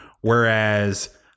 whereas